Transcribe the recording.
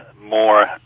more